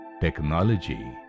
technology